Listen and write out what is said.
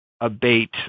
abate